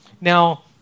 Now